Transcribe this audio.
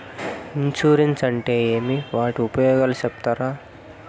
Insurance అంటే ఏమి? వాటి ఉపయోగాలు సెప్తారా?